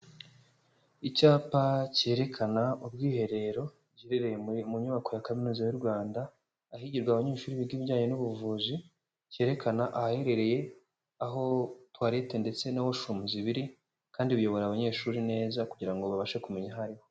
Icyapa cyerekana ubwiherero giherereye mu nyubako ya Kaminuza y'u Rwanda ahigirwa abanyeshuri biga ibijyanye n'ubuvuzi cyerekana ahaherereye aho toilette ndetse na washrooms biri kandi biyobora abanyeshuri neza kugira ngo babashe kumenya aho ari ho.